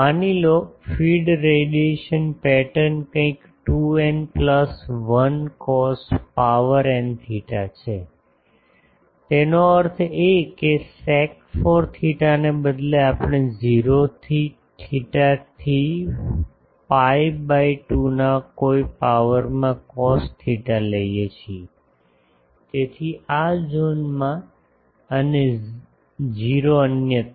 માની લો feed radiation pattern કંઈક 2 n plus 1 cos power n theta છે તેનો અર્થ એ કે સેક 4 થેટાને બદલે આપણે 0 થી થેટા થી pi બાય 2 ના કોઈ પાવર માં કોસ્ થેટા લઈએ છીએ તેથી આ ઝોનમાં અને 0 અન્યત્ર